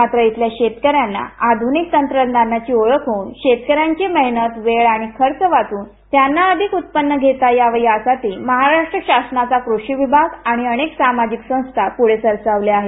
मात्र इथल्या शेतकऱ्यांना आध्रनिक तंत्रज्ञानाची ओळख होऊन शेतकऱ्यांची मेहनत वेळ आणि खर्च वाचुन त्यांना अधिक उत्पन्न घेता यावं या साठी महाराष्ट्र शासनाचा कृषी विभाग आणि अनेक सामाजिक संस्था पुढे सरसावल्या आहेत